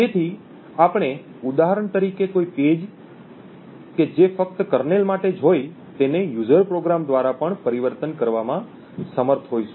તેથી આપણે ઉદાહરણ તરીકે કોઈ પેજ કે જે ફક્ત કર્નેલ માટે જ હોય તેને યુઝર પ્રોગ્રામ દ્વારા પણ પરિવર્તન કરવામાં સમર્થ હોઈશું